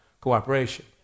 Cooperation